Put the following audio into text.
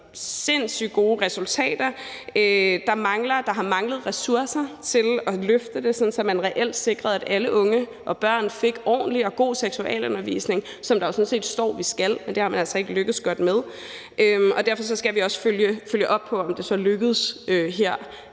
sindssyg gode resultater. Der har manglet ressourcer til at løfte det, sådan at man reelt sikrede, at alle unge og børn fik ordentlig og god seksualundervisning, som der jo sådan set står vi skal sikre, men det er man altså ikke lykkedes godt med. Derfor skal vi også følge op på, om det så lykkes i